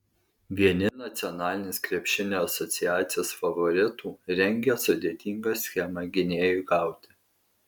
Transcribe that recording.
vieni nacionalinės krepšinio asociacijos favoritų rengia sudėtingą schemą gynėjui gauti